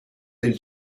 del